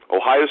Ohio